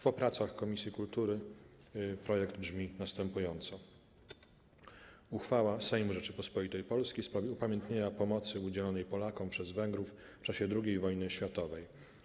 Po pracach komisji kultury projekt brzmi następująco: „Uchwała Sejmu Rzeczypospolitej Polskiej w sprawie upamiętnienia pomocy udzielonej Polakom przez Węgrów w czasie II wojny światowej.